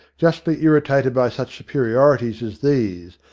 justly irritated by such superiorities as these,